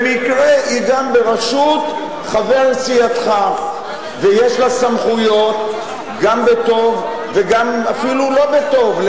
במקרה היא גם בראשות חבר סיעתך ויש לה סמכויות גם בטוב ואפילו לא בטוב,